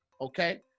Okay